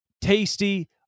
tasty